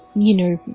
you know,